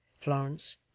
Florence